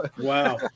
Wow